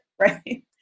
right